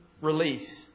release